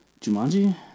Jumanji